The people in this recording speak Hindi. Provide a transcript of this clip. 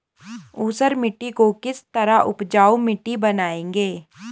ऊसर मिट्टी को किस तरह उपजाऊ मिट्टी बनाएंगे?